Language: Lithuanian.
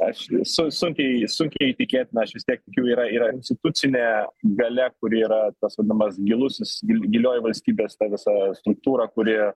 aš su sunkiai sunkiai įtikėtina aš vis tiek jų yra yra institucinė galia kuri yra tas vadinamas gilusis gilioji valstybės ta visa struktūra kuri